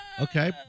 Okay